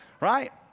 Right